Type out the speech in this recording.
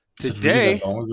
Today